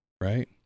right